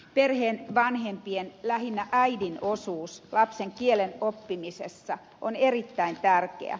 perheen vanhempien lähinnä äidin osuus lapsen kielen oppimisessa on erittäin tärkeä